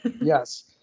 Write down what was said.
Yes